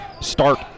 start